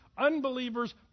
unbelievers